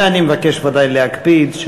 ואני מבקש ודאי להקפיד,